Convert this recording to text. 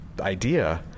idea